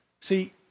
See